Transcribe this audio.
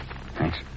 Thanks